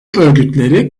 örgütleri